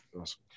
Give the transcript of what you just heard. Awesome